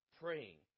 praying